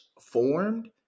formed